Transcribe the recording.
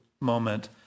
moment